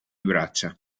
braccia